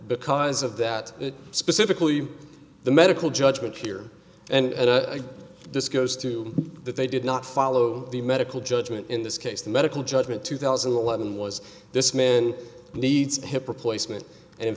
because of that specifically the medical judgment here and a discos two that they did not follow the medical judgment in this case the medical judgment two thousand and eleven was this man needs a hip replacement and in